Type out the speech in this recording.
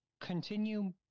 continue